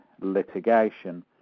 litigation